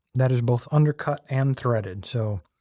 that is both undercut and threaded, so